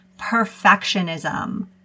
perfectionism